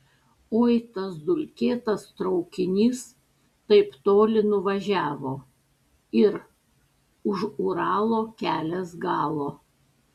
oi tas dulkėtas traukinys taip toli nuvažiavo ir už uralo kelias galo